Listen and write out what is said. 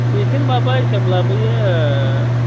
बिसोर माबा हिसाब लाबोयो